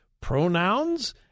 pronouns